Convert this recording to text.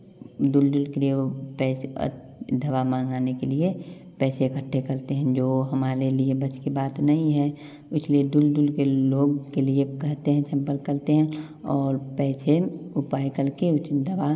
दूर दूर के लिए वह पैसे दवा मंगाने के लिए पैसे इकट्ठे करते हैं जो हमारे लिए बस के बात नहीं है इसीलिए दूर दूर के लोग के लिए कहते हैं संपर्क करते हैं और पैसे उपाय करके दवा